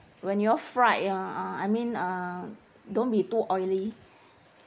when you all fried ah I mean uh don't be too oily